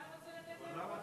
המפכ"ל רוצה לתת להם עבודה.